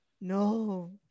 No